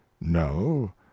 No